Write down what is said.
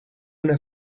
una